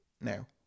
now